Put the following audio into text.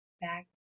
back